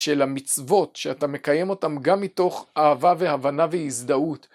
של המצוות שאתה מקיים אותם גם מתוך אהבה והבנה והזדהות